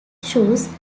shoes